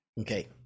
okay